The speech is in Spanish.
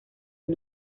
del